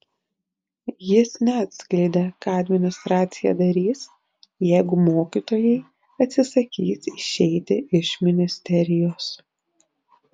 jis neatskleidė ką administracija darys jeigu mokytojai atsisakys išeiti iš ministerijos